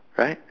right